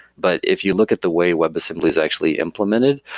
but if you look at the way webassembly is actually implemented,